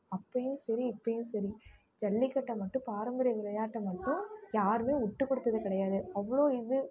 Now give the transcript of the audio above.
அப்பயும் சரி இப்பயும் சரி ஜல்லிக்கட்டை மட்டும் பாரம்பரிய விளையாட்டை மட்டும் யாருமே விட்டுக்கொடுத்தது கிடையாது அவ்வளோ இது